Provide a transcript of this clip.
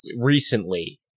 recently